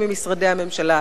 ממשרדי הממשלה,